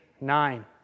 nine